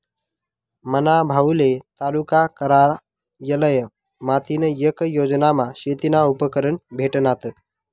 मना भाऊले तालुका कारयालय माथीन येक योजनामा शेतीना उपकरणं भेटनात